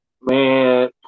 Man